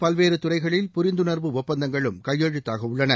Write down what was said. பல்வேறு துறைகளில் புரிந்துணர்வு ஒப்பந்தங்களும் கையெழுத்தாகவுள்ளன